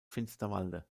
finsterwalde